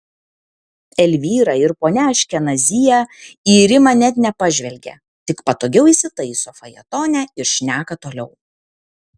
elvyra ir ponia aškenazyje į rimą net nepažvelgia tik patogiau įsitaiso fajetone ir šneka toliau